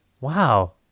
Wow